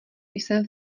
jsem